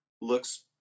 looks